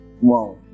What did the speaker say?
Wow